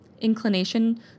inclination